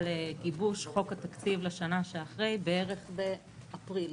גיבוש חוק התקציב לשנה שאחרי בערך באפריל,